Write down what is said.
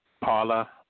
Paula